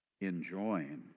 enjoying